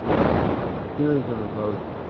and and a series of votes.